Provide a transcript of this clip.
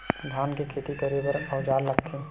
धान के खेती करे बर का औजार लगथे?